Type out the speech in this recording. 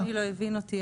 אדוני לא הבין אותי.